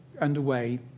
underway